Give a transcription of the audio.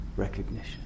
recognition